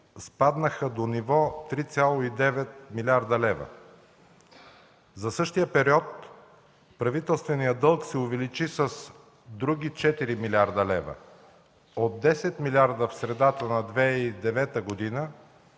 спаднаха до ниво 3,9 млрд. лв. За същия период правителственият дълг се увеличи с други 4 млрд. лв. – от 10 милиарда в средата на 2009 г., на